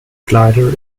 glider